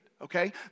okay